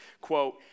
Quote